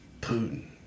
Putin